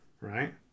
Right